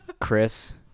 Chris